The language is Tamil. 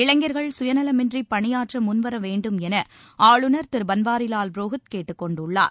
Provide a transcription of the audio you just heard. இளைஞர்கள் சுயநலமின்றிபணியாற்றமுன்வரவேண்டும் எனஆளுநர் திருபன்வாரிலால் புரோஹித் கேட்டுக் கொண்டுள்ளார்